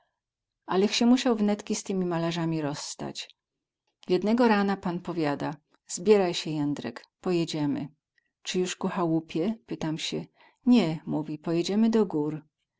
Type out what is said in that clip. alech sie musiał wnetki z tymi malarzami rozstać jednego rana pan powiada zbieraj sie jędrek pojedziemy cy juz ku chałupie pytam sie nie mówi pojedziemy do gór